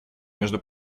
между